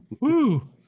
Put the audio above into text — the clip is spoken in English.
woo